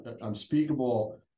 unspeakable